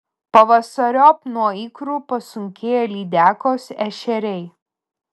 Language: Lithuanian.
pavasariop nuo ikrų pasunkėja lydekos ešeriai